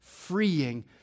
freeing